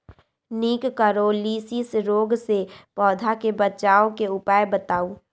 निककरोलीसिस रोग से पौधा के बचाव के उपाय बताऊ?